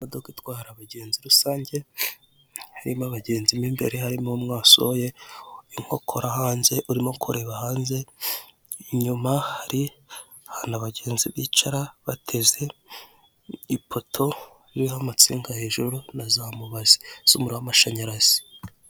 Imodoka itwara abagenzi rusange harimo abagenzi mu imbere harimo umwe wasohoye inkokora hanze urimo kureba hanze inyuma hari ahantu abagenzi bicara bateze ipoto iriho amasinga hejuru n'azamubazi z'umuriro w'amashanyarazi.